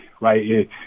right